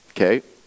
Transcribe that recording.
okay